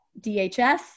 DHS